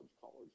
college